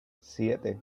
siete